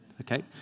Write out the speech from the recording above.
Okay